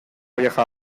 vieja